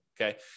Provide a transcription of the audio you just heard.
okay